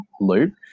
loop